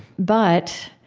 but,